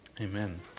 Amen